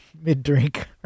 mid-drink